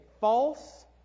false